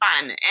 fun